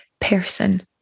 person